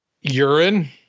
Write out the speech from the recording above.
Urine